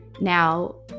now